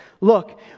Look